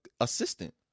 assistant